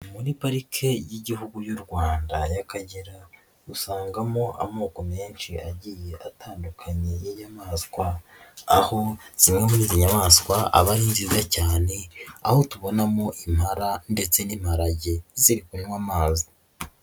Muri parike y'Igihugu y'u Rwanda y'Akagera usangamo amoko menshi yagiye atandukanye y'inyamaswa, aho zimwe muri izi nyamaswa aba ari nziza cyane aho tubonamo impara ndetse n'inparage ziri kunywa amazi.